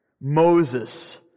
Moses